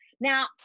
Now